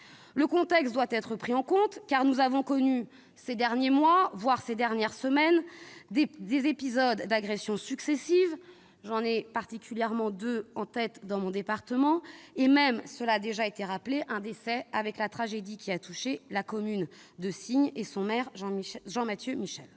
Le contexte doit être pris en compte, car nous avons connu ces derniers mois, voire ces dernières semaines, des épisodes d'agressions successives- je pense particulièrement à deux d'entre eux qui ont eu lieu dans mon département-et même un décès, avec la tragédie qui a touché la commune de Signes et son maire Jean-Mathieu Michel.